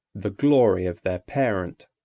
the glory of their parent.